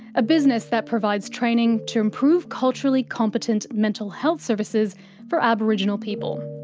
a business that provides training to improve culturally competent mental health services for aboriginal people.